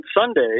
Sunday